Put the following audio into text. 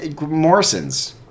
Morrison's